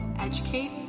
educate